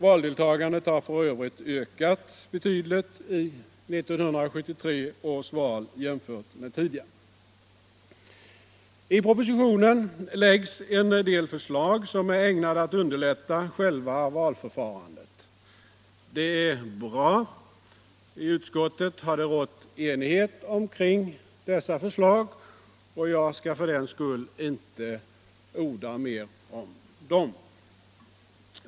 Valdeltagandet har för övrigt ökat betydligt i 1973 års val jämfört med tidigare. I propositionen framläggs en del förslag som är ägnade att underlätta själva valförfarandet. Det är bra. I utskottet har det rått enighet omkring dessa förslag, och jag skall för den skull inte orda mer om dem.